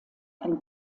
ein